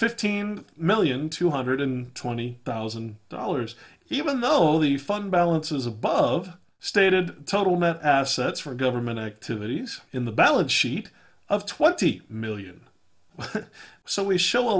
fifteen million two hundred twenty thousand dollars even though the fund balances above stated total net assets for government activities in the balance sheet of twenty million so we show a